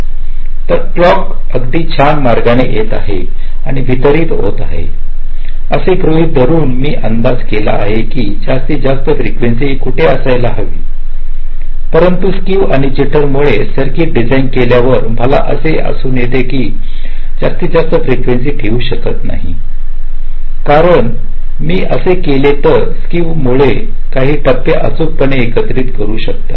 तर क्लॉक् अगदी छान मार्गाने येत आहे आणि वितरित होत आहे असे गृहीत धरून मी असा अंदाज केला आहे की जास्तीत जास्त फ्रीकेंसी ही कुठे असायला होतीपरंतु स्क्क्यू आणि जिटर मुळे सर्किट डीझाईन केल्यावर मला असे असून येते की मी जास्तीत जास्त फ्रीकेंसी ठेवू शकत नाही कारण मी असे केले तर स्क्क्यू आणि मुळे मी काही टप्पे अचूक पणे एकत्रित करू शकत नाही